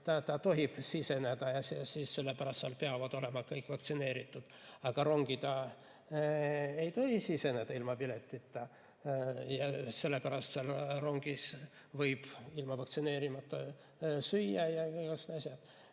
ta tohib siseneda ja sellepärast seal peavad olema kõik vaktsineeritud, aga rongi ta ei tohi siseneda ilma piletita ja sellepärast seal võib ilma vaktsineerimata süüa ja igasuguseid